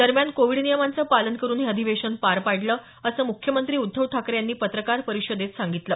दरम्यान कोविड नियमांचं पालन करून हे अधिवेशन पार पाडलं असं मुख्यमंत्री उद्धव ठाकरे यांनी पत्रकार परिषदेत सांगितलं